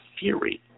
theory